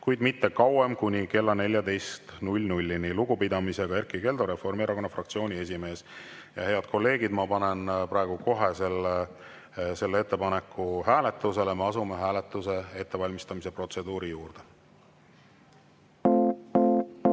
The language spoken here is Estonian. kuid mitte kauem kui kella 14.00‑ni. Lugupidamisega Erkki Keldo, Reformierakonna fraktsiooni esimees." Head kolleegid, ma panen praegu kohe selle ettepaneku hääletusele. Asume hääletuse ettevalmistamise protseduuri juurde.